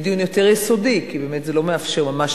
יהיה דיון יותר יסודי, כי באמת זה לא מאפשר ממש.